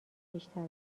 بیشتر